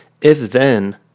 if-then